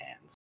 hands